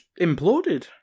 imploded